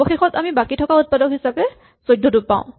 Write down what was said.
অৱশেষত আমি বাকী থকা উৎপাদক হিচাপে ১৪ টো পাওঁ